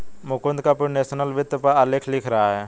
Mukund computational वित्त पर आलेख लिख रहा है